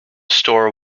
store